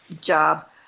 job